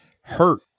hurt